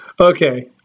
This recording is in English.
okay